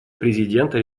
президента